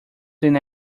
than